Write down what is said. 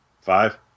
Five